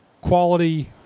quality